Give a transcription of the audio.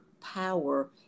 power